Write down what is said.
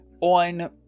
on